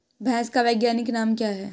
भैंस का वैज्ञानिक नाम क्या है?